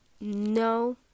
no